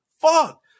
fuck